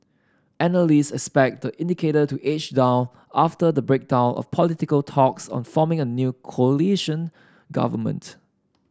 analyst expect the indicator to edge down after the breakdown of political talks on forming a new coalition government